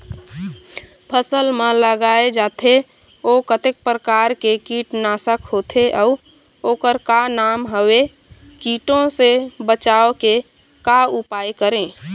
फसल म लगाए जाथे ओ कतेक प्रकार के कीट नासक होथे अउ ओकर का नाम हवे? कीटों से बचाव के का उपाय करें?